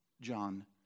John